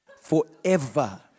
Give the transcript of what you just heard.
forever